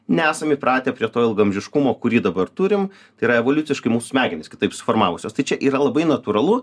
nesam įpratę prie to ilgaamžiškumo kurį dabar turim tai yra evoliuciškai mūsų smegenys kitaip suformavusios tai čia yra labai natūralu